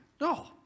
No